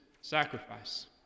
sacrifice